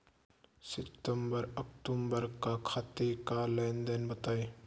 सितंबर अक्तूबर का खाते का लेनदेन बताएं